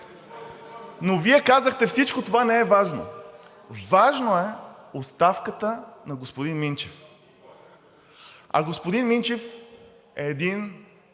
Но Вие казахте: всичко това не е важно. Важна е оставката на господин Минчев. А господин Минчев е един